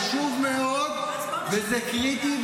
כי זה חשוב מאוד וזה קריטי,